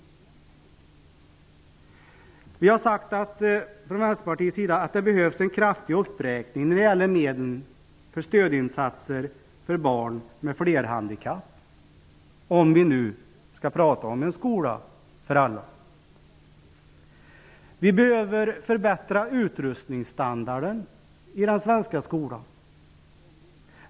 Vi har från Vänsterpartiets sida sagt att det behövs en kraftig uppräkning när det gäller medel för stödinsatser för barn med flerhandikapp, om vi nu skall prata om en skola för alla. Vi behöver förbättra utrustningsstandarden i den svenska skolan.